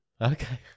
Okay